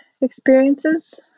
experiences